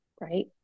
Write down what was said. right